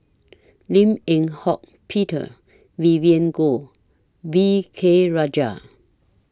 Lim Eng Hock Peter Vivien Goh V K Rajah